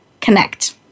connect